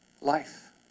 Life